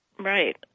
Right